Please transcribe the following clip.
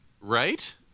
Right